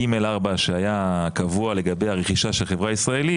אדוני היושב-ראש, בשבוע שעבר רולנד לא